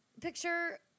Picture